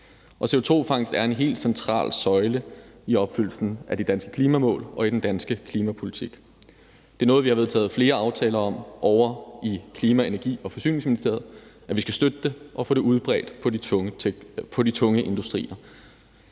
og CO2-fangst er en helt central søjle i opfyldelsen af de danske klimamål og i den danske klimapolitik. Det er noget vi har vedtaget flere af aftaler om ovre i Klima-, Energi- og Forsyningsministeriet, at vi skal støtte det og få det udbredt på de tunge industrier.